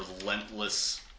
relentless